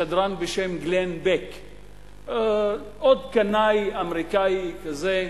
שדרן בשם גלן בק, עוד קנאי אמריקני כזה,